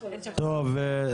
בוקר טוב,